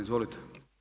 Izvolite.